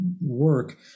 work